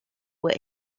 were